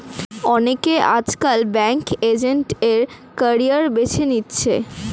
অনেকে আজকাল banking agent এর ক্যারিয়ার বেছে নিচ্ছে